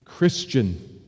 Christian